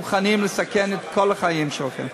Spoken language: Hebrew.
מוכנים לסכן את כל החיים שלכם,